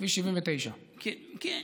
כביש 79. כן.